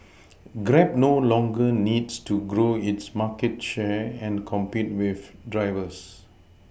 grab no longer needs to grow its market share and compete for drivers